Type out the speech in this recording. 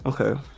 okay